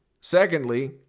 Secondly